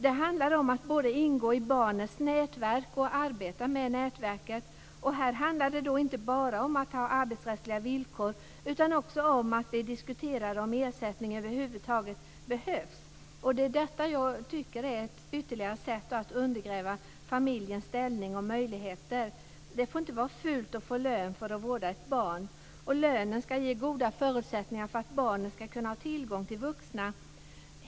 Det handlar om att både ingå i barnets nätverk och arbeta med nätverket, och här handlar det inte bara om att ha arbetsrättsliga villkor, utan också om att det diskuteras om ersättning över huvud taget behövs. Det är detta jag tycker är ytterligare ett sätt att undergräva familjens ställning och möjligheter. Det får inte vara fult att få lön för att vårda ett barn, och lönen ska ge goda förutsättningar för att barnen ska kunna ha tillgång till vuxna.